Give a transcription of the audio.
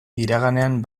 iraganean